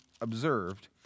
observed